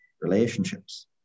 relationships